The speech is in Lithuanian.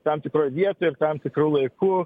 tam tikroj vietoj ir tam tikru laiku